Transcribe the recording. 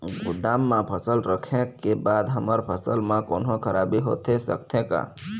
गोदाम मा फसल रखें के बाद हमर फसल मा कोन्हों खराबी होथे सकथे का?